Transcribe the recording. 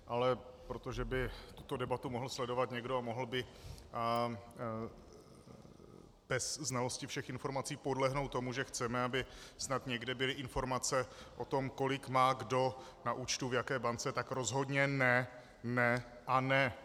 Ale protože by tuto debatu mohl sledovat někdo a mohl by bez znalosti všech informací podlehnout tomu, že chceme, aby snad někde byly informace o tom, kolik má kdo na účtu v jaké bance, tak rozhodně ne, ne a ne.